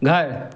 घर